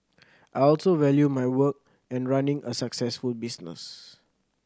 I also value my work and running a successful business